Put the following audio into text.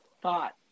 thought